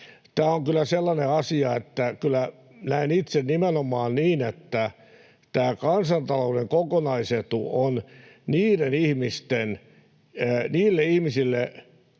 Tämä on kyllä sellainen asia, että kyllä näen itse nimenomaan niin, että tämä kansantalouden kokonaisetu on erityisen